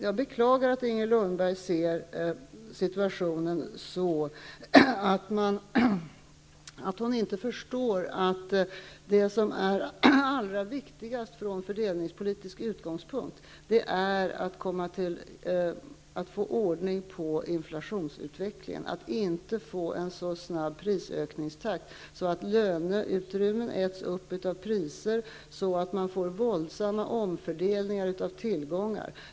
Jag beklagar att Inger Lundberg ser situationen så, att hon inte förstår att det som är allra viktigast från fördelningspolitisk utgångspunkt är att få ordning på inflationsutvecklingen, att inte få en så snabb prisökningstakt så att löneutrymmen äts upp av priser, så att man får våldsamma omfördelningar av tillgångar.